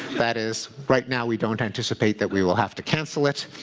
that is, right now we don't anticipate that we will have to cancel it.